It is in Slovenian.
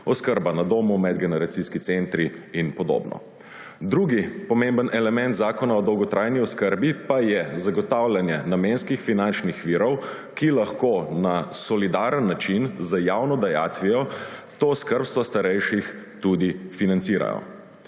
oskrba na domu, medgeneracijski centri in podobno. Drugi pomemben element Zakona o dolgotrajni oskrbi pa je zagotavljanje namenskih finančnih virov, ki lahko na solidaren način z javno dajatvijo to skrbstvo starejših tudi financirajo.